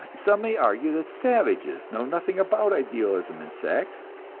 some may argue that savages know nothing about idealism in sex,